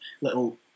little